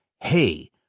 hey